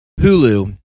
Hulu